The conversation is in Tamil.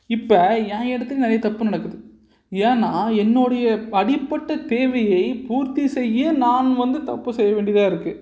இப்போ என் இடத்துக்கு நிறையா தப்பு நடக்குது ஏன்னா என்னுடைய அடிப்பட தேவையை பூர்த்தி செய்ய நான் வந்து தப்பு செய்ய வேண்டியதாக இருக்கு